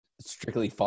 strictly